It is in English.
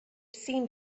seemed